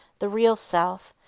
the real self,